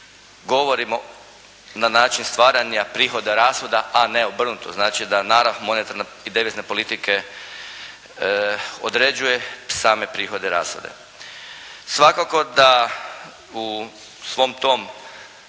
govorimo na način stvaranja prihoda rashoda, a ne obrnuto, znači da narav monetarne i devizne politike određuje same prihode i rashode. Svakako da u svom tom